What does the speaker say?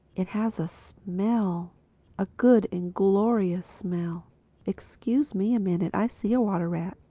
it has a smell a good and glorious smell excuse me a minute i see a water-rat.